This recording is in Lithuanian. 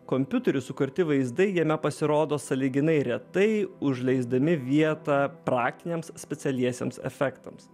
kompiuteriu sukurti vaizdai jame pasirodo sąlyginai retai užleisdami vietą praktiniams specialiesiems efektams